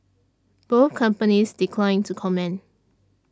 both companies declined to comment